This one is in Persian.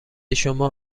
شما